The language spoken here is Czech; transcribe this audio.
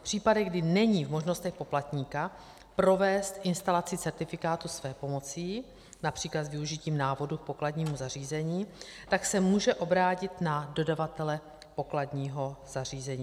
V případech, kdy není v možnostech poplatníka provést instalaci certifikátu svépomocí například s využitím návodu k pokladnímu zařízení, tak se může obrátit na dodavatele pokladního zařízení.